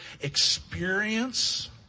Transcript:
experience